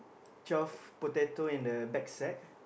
twelve potato in the back sack